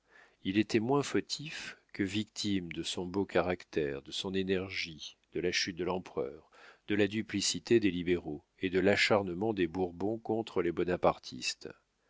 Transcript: il était moins fautif que victime de son beau caractère de son énergie de la chute de l'empereur de la duplicité des libéraux et de l'acharnement des bourbons contre les bonapartistes